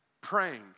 praying